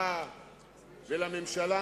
לך ולממשלה